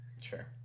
Sure